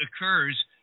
occurs